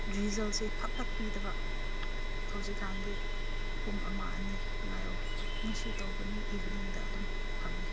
ꯔꯤꯖꯜꯁꯦ ꯐꯠ ꯐꯠ ꯄꯤꯗꯕ ꯍꯧꯖꯤꯛꯀꯥꯟꯗꯤ ꯄꯨꯡ ꯑꯃ ꯑꯅꯤ ꯉꯥꯏꯌꯣ ꯉꯁꯤ ꯇꯧꯒꯅꯤ ꯏꯕꯤꯅꯤꯡꯗ ꯑꯗꯨꯝ ꯐꯪꯉꯦ